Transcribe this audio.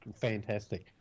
fantastic